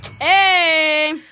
Hey